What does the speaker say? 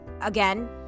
Again